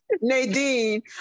Nadine